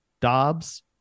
Dobbs